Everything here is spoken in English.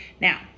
Now